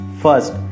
First